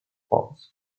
spots